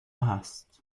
هست